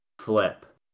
flip